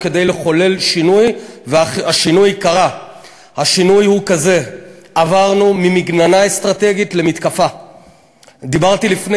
אז כבר מגן-הילדים אנחנו נעניק לכם